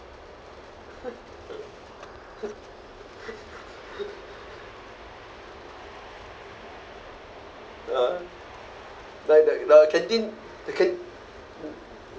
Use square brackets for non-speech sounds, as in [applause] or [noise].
[laughs] uh well the the canteen the can~